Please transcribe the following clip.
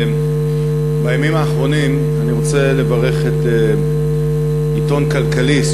אני רוצה לברך את עיתון "כלכליסט",